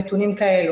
נתונים כאלה.